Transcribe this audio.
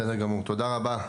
בסדר גמור, תודה רבה.